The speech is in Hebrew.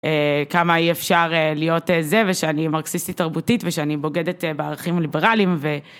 כמה אי אפשר להיות זה, ושאני מרקסיסטית תרבותית, ושאני בוגדת בערכים ליברליים ו..